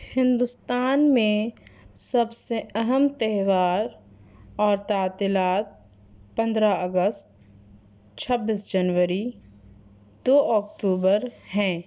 ہندوستان میں سب سے اہم تہوار اور تعطیلات پندرہ اگست چھبیس جنوری دو اکتوبر ہیں